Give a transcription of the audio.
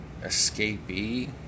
escapee